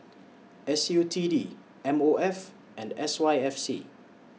S U T D M O F and S Y F C